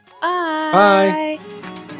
Bye